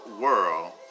world